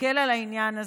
נסתכל על העניין הזה,